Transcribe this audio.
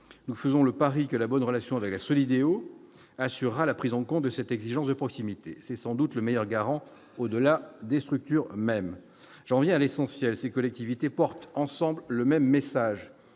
nous faisons le pari que la bonne relation avec la Solideo assurera la prise en compte de cette exigence de proximité, c'est sans doute le meilleur garant au-delà des structures même janvier à l'essentiel, ces collectivités porte ensemble le même message